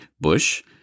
Bush